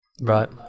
Right